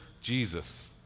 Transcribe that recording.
Jesus